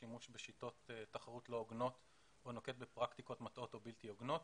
שימוש בשיטות תחרות לא הוגנות או נוקט בפרקטיקות מטעות או בלתי הוגנות.